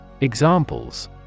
Examples